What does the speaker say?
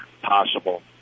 possible